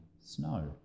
snow